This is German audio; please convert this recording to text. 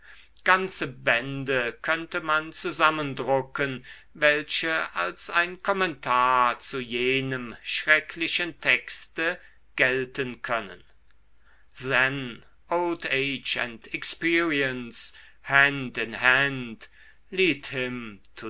ganze bände könnte man zusammendrucken welche als ein kommentar zu jenem schrecklichen texte gelten können then old